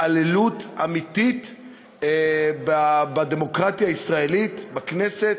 התעללות אמיתית בדמוקרטיה הישראלית בכנסת,